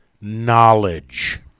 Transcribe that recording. knowledge